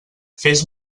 fes